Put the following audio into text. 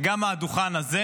גם מהדוכן הזה,